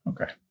okay